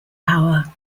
power